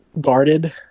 guarded